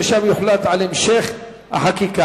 ושם יוחלט על המשך החקיקה.